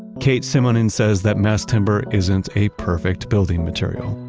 kate simonen says that mass timber isn't a perfect building material.